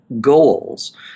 goals